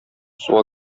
суга